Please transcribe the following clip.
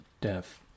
death